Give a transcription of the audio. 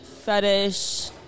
fetish